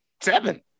seven